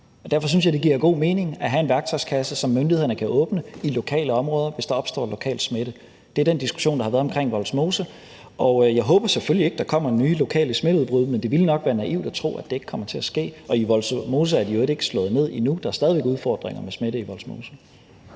Derfor synes jeg, det giver god mening at have en værktøjskasse, som myndighederne kan åbne i lokale områder, hvis der opstår lokal smitte. Det er den diskussion, der har været omkring Vollsmose. Jeg håber selvfølgelig ikke, at der kommer nye lokale smitteudbrud, men det ville nok være naivt at tro, at det ikke kommer til at ske. I Vollsmose er det i øvrigt ikke slået ned endnu; der er stadig væk udfordringer med smitte i Vollsmose.